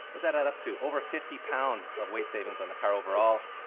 what's that add up to? over fifty pounds of weight savings on the car overall.